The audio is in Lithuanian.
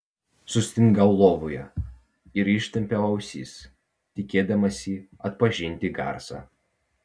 sustingau lovoje ir ištempiau ausis tikėdamasi atpažinti garsą